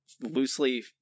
loosely